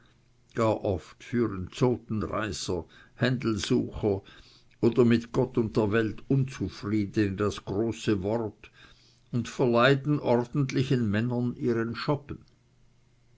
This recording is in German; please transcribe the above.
gar oft führen zotenreißer händelsucher oder mit gott und der welt unzufriedene das große wort und verleiden ordentlichen männern ihren schoppen